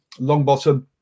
Longbottom